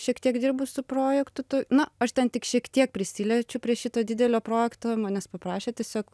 šiek tiek dirbu su projektu na aš ten tik šiek tiek prisiliečiu prie šito didelio projekto manęs paprašė tiesiog